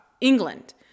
England